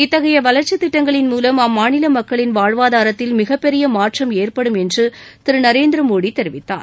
இத்தகைய வளர்ச்சித் திட்டங்களின் மூலம் அம்மாநில மக்களின் வாழ்வாதாரத்தில் மிகப்பெரிய மாற்றம் ஏற்படும் என்று திரு நரேந்திரமோடி தெரிவித்தார்